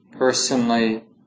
Personally